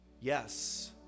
Yes